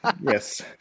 Yes